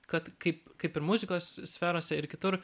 kad kaip kaip ir muzikos sferose ir kitur